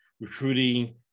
recruiting